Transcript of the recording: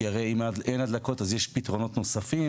כי הרי אם אין הדלקות, אז יש פתרונות נוספים.